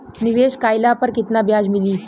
निवेश काइला पर कितना ब्याज मिली?